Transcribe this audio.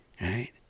Right